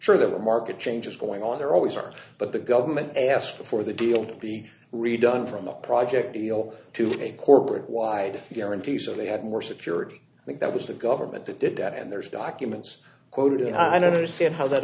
for the market changes going on there always are but the government asked for the deal to be redone from the project deal to a corporate wide guarantee so they had more security but that was the government that did that and there's documents quoted in i don't understand how that